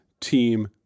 team